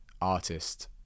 artist